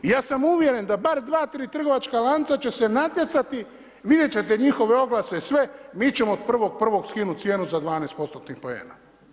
Ja sam uvjeren da bar dva, tri trgovačka lanca će se natjecati, vidjet ćete njihove oglase i sve, mi ćemo od 1.1. skinuti cijenu za 12%-tnih poena.